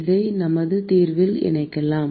இதை நமது தீர்வில் இணைக்கலாம்